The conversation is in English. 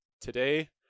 today